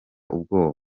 ubwoba